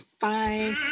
bye